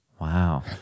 Wow